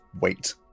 wait